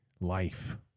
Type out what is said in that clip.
life